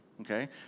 okay